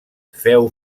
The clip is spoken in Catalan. féu